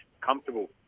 comfortable